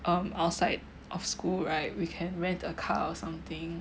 um outside of school right we can rent a car or something